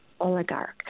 oligarch